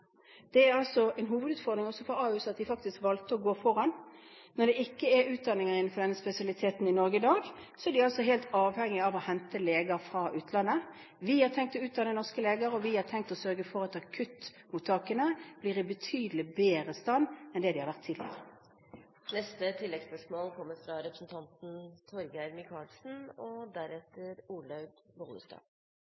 Det er en hovedutfordring også for Ahus at de faktisk valgte å gå foran. Når det ikke er utdanninger innenfor denne spesialiteten i Norge i dag, er de altså helt avhengig av å hente leger fra utlandet. Vi har tenkt å utdanne norske leger, og vi har tenkt å sørge for at akuttmottakene blir i betydelig bedre stand enn de har vært tidligere.